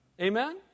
Amen